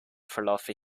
verlaufe